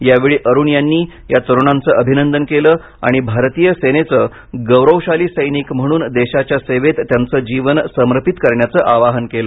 यावेळी अरुण यांनी या तरुणांचे अभिनंदन केले आणि भारतीय सेनेचे गौरवशाली सैनिक म्हणून देशाच्या सेवेत त्यांचे जीवन समर्पित करण्याचं आवाहन केलं